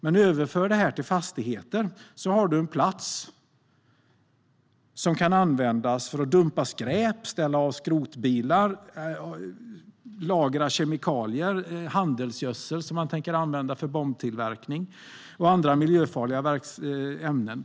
Man kan överföra det här till fastigheter. Då har man en plats som kan användas för att dumpa skräp, ställa av skrotbilar, lagra kemikalier och handelsgödsel, som man tänker använda för bombtillverkning, och andra miljöfarliga ämnen.